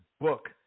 book